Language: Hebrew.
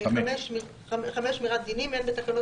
סעיף 5. שמירת דינים 5. אין בתקנות